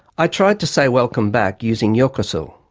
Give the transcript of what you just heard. i tried to say welcome back using yokoso,